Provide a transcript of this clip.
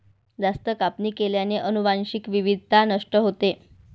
जास्त कापणी केल्याने अनुवांशिक विविधता नष्ट होते